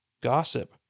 gossip